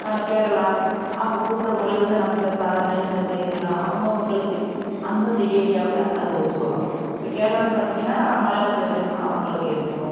கேரளா அவங்க கூப்டற மொழி வந்து நமக்கு சாதாரண விஷயம் தெரியுதுங்களா அவங்கவுங்களுக்கு அந்தந்த ஏரியாவில் அது ஒத்து வரும் இப்போது கேரளானு பார்த்திங்கன்னா மலையாளத்தில் பேசினா அவங்களுக்கு ஏற்றுக்கும்